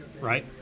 Right